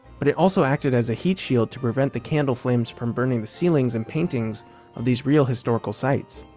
but it also acted as a heat shield to prevent the candle flames from burning the ceilings and paintings of these real historical sites